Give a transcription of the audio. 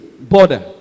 border